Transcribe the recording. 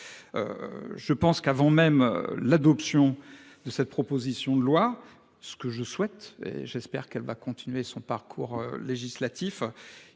Je pense qu'avant même l'adoption de cette proposition de loi, ce que je souhaite et j'espère qu'elle va continuer son parcours législatif,